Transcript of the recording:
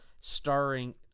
Starring